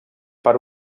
per